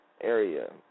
area